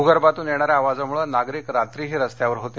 भूगर्भातून येणाऱ्या आवाजामुळे नागरिक रात्रीही रस्त्यावर होते